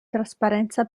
trasparenza